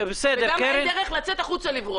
וגם אין דרך לצאת החוצה לברוח.